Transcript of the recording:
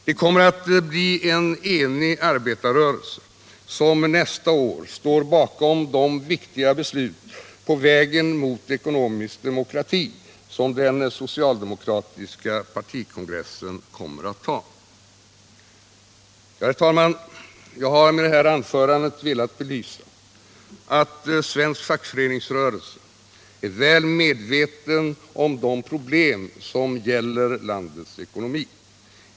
Det kommer att bli en enig arbetarrörelse som nästa år står bakom de viktiga beslut på vägen mot ekonomisk demokrati som den socialdemokratiska partikongressen skall ta. Herr talman! Jag har med mitt anförande velat belysa att svensk fackföreningsrörelse är väl medveten om de problem som gäller landets ekonomi.